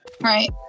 right